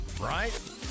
right